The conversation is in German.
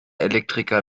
elektriker